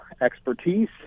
expertise